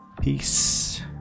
peace